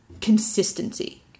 consistency